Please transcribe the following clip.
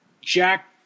Jack